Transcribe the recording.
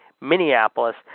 Minneapolis